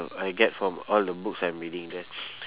I get from all the books I'm reading then